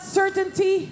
certainty